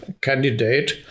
candidate